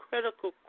critical